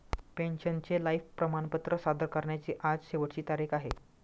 पेन्शनरचे लाइफ प्रमाणपत्र सादर करण्याची आज शेवटची तारीख आहे